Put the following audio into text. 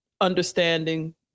understanding